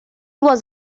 was